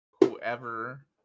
Whoever